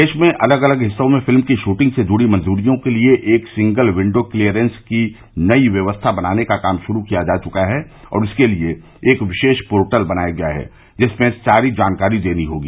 देश में अलग अलग हिस्सों में फिल्म की शूटिंग से जुड़ी मंजूरियों के लिए एक सिंगल विंडो क्लियरेंस की नई व्यवस्था बनाने का काम शुरू किया जा चुका है और इसके लिए एक विशेष पोर्टल बनाया जा रहा है जिसमें आपको सारी जानकारी देनी होगी